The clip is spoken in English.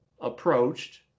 approached